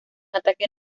ataque